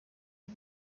uyu